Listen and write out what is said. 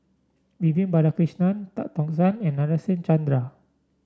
Vivian Balakrishnan Tan Tock San and Nadasen Chandra